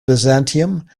byzantium